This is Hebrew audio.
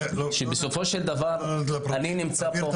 בסופו של דבר אני נמצא פה --- תעביר את